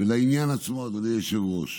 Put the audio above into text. לעניין עצמו, אדוני היושב-ראש,